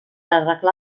arreglar